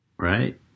Right